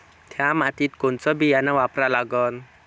थ्या मातीत कोनचं बियानं वापरा लागन?